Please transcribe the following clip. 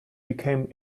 became